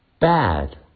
bad